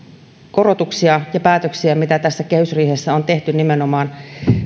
korotuksia ja päätöksiä mitä tässä kehysriihessä on tehty nimenomaan